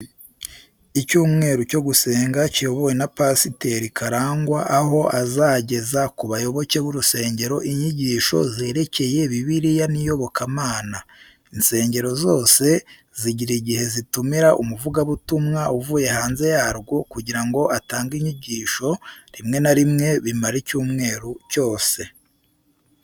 Icyumweru cyo gusenga kiyobowe na pasiteri Karangwa aho azageza ku bayoboke b'urusengero inyigisho zerekeye bibiliya n'iyobokamana. Insengero zose zigira igihe zitumira umuvugabutumwa uvuye hanze yarwo kugira ngo atange inyigisho, rimwe na rimwe bimara icyumweru cyose.